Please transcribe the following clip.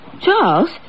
Charles